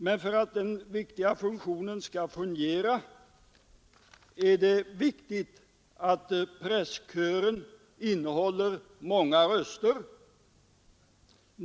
Men för att den viktiga funktionen skall fungera är det nödvändigt att presskören innehåller många röster.